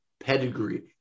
Pedigree